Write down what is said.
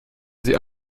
sie